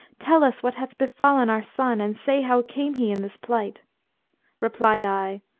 tell us what hath befallen our son and say how came he in this plight replied i,